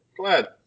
Glad